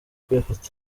kuyafata